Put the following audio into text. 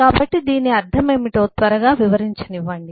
కాబట్టి దీని అర్థం ఏమిటో త్వరగా వివరించనివ్వండి